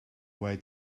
way